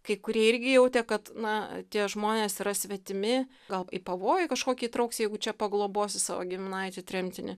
kai kurie irgi jautė kad na tie žmonės yra svetimi gal į pavojų kažkokį įtrauks jeigu čia paglobosi savo giminaitį tremtinį